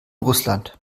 russland